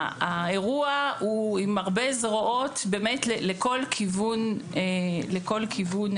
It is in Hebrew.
האירוע הוא באמת אירוע עם הרבה זרועות לכל כיוון אפשרי.